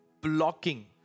blocking